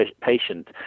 patient